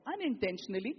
unintentionally